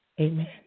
Amen